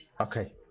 Okay